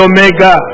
Omega